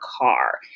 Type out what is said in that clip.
car